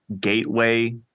gateway